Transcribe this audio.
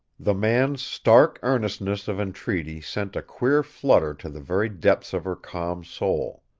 the man's stark earnestness of entreaty sent a queer flutter to the very depths of her calm soul.